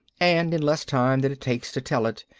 and in less time than it takes to tell it,